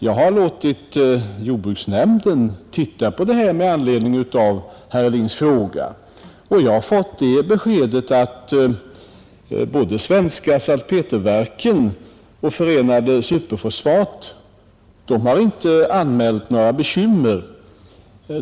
Jag har låtit jordbruksnämnden se på denna sak med anledning av herr Hedins fråga, och jag har fått det beskedet att varken Svenska salpeterverken eller Förenade superfosfatfabriker har anmält några bekymmer.